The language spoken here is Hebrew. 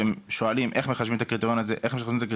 ושואלים איך מחשבים את הקריטריון הזה והזה,